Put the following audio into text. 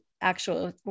actual